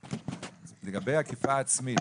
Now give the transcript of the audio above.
לגבי אכיפה העצמית,